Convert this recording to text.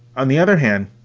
on the other hand,